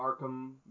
Arkham